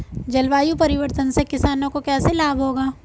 जलवायु परिवर्तन से किसानों को कैसे लाभ होगा?